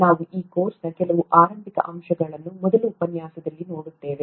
ನಾವು ಈ ಕೋರ್ಸ್ನ ಕೆಲವು ಆರಂಭಿಕ ಅಂಶಗಳನ್ನು ಮೊದಲ ಉಪನ್ಯಾಸದಲ್ಲಿ ನೋಡುತ್ತೇವೆ